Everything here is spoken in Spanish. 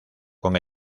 con